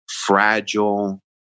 fragile